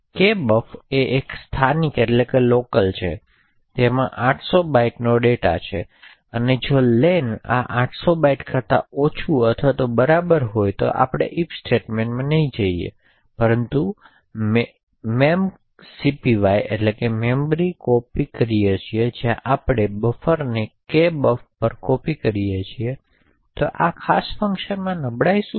Kbuf એ અહીં એક સ્થાનિક છે અને તેમાં 800 બાઇટ્સનો ડેટા છે અને જો લેન આ 800 બાઇટ્સ કરતા ઓછું અથવા બરાબર હોય તો આપણે if સ્ટેટમેંટમાં જઈશું નહીં પરંતુ memcpy કરીએ જ્યાં આપણે બફરને kbuf પર કોપી કરીએ છીએ તેથી આ ખાસ ફંકશનમાં નબળાઈ શું છે